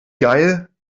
geil